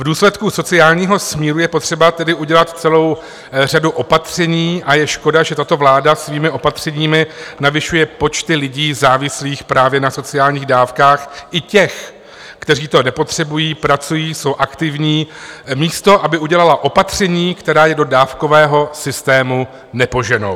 V důsledku sociálního smíru je potřeba tedy udělat celou řadu opatření a je škoda, že tato vláda svými opatřeními navyšuje počty lidí závislých právě na sociálních dávkách, i těch, kteří to nepotřebují, pracují, jsou aktivní, místo aby udělala opatření, která je do dávkového systému nepoženou.